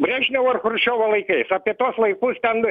brežnevo ir chruščiovo laikais apie tuos laikus ten